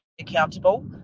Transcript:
accountable